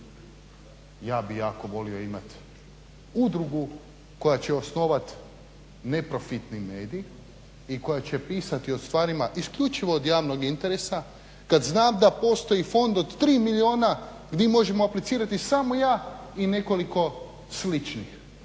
Ja bih jako volio imati udrugu koja će osnovati neprofitni medij i koja će pisati o stvarima isključivo od javnog interesa kada znam da postoji fond od 3 milijuna gdje možemo aplicirati samo ja i nekoliko sličnih,